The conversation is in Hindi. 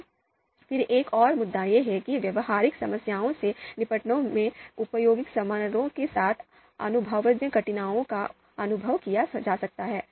अब फिर एक और मुद्दा यह है कि व्यावहारिक समस्याओं से निपटने में उपयोगिता समारोह के साथ अनुभवजन्य कठिनाइयों का अनुभव किया जा सकता है